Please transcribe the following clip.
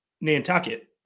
Nantucket